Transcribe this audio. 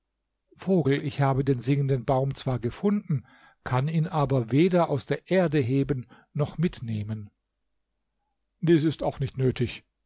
vogel ich habe den singenden baum zwar gefunden kann ihn aber weder aus der erde heben noch mitnehmen dies ist auch nicht nötig